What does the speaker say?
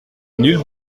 nulle